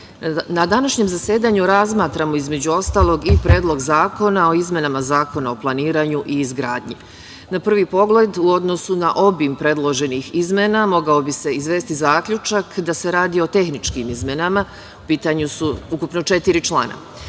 na današnjem zasedanju razmatramo, između ostalog, i Predlog zakona o izmenama Zakona o planiranju i izgradnji. Na prvi pogled, u odnosu na obim predloženih izmena, mogao bi se izvesti zaključak da se radi o tehničkim izmenama, jer su u pitanju ukupno četiri